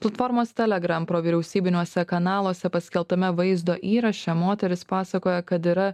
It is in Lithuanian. platformos telegram provyriausybiniuose kanaluose paskelbtame vaizdo įraše moteris pasakoja kad yra